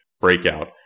Breakout